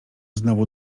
znowu